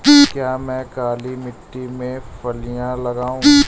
क्या मैं काली मिट्टी में फलियां लगाऊँ?